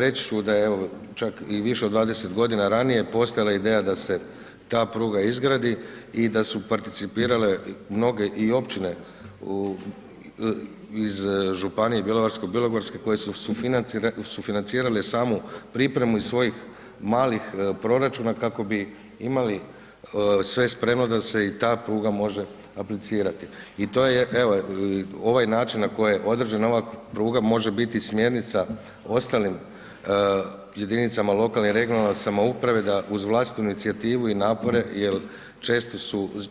Reći ću da je evo čak i više od 20 g. ranije postojala ideja da se ta pruga izgradi i da su participirale mnoge i općine iz županije Bjelovarsko-bilogorske koje su sufinancirale samu pripremu iz svojih malih proračuna kako bi imali sve spremno da se i ta pruga može aplicirati i to je evo, ovaj način na koji je odrađena ova pruga, može biti smjernica ostalim jedinicama lokalne i regionalne samouprave da uz vlastitu inicijativu i napore jer